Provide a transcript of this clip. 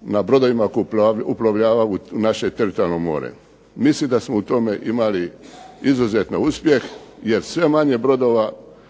na brodovima koji uplovljavaju u naše teritorijalno more. Mislim da smo u tome imali izuzetan uspjeh, jer sve manje brodova